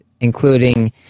including